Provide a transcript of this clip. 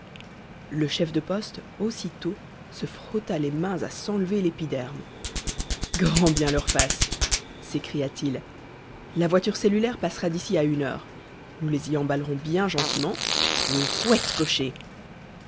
le chef de poste aussitôt se frotta les mains à s'enlever l'épiderme grand bien leur fasse s'écria-t-il la voiture cellulaire passera d'ici à une heure nous les y emballerons bien gentiment et fouette cocher